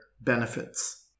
benefits